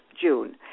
June